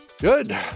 Good